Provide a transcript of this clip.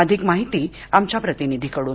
अधिक माहिती आमच्या प्रतिनिधीकडून